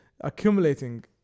accumulating